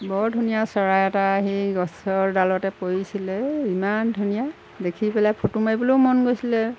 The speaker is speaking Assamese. বৰ ধুনীয়া চৰাই এটা আহি গছৰ ডালতে পৰিছিলে ইমান ধুনীয়া দেখি পেলাই ফটো মাৰিবলৈও মন গৈছিলে